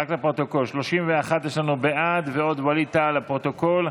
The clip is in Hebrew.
יש לנו 31 בעד ועוד ווליד טאהא לפרוטוקול,